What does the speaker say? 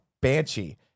banshee